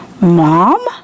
Mom